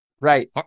Right